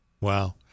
Wow